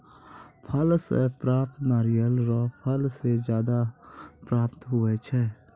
फल से प्राप्त नारियल रो फल से ज्यादा प्राप्त हुवै छै